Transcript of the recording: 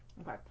Okay